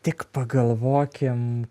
tik pagalvokim